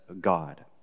God